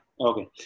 Okay